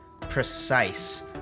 precise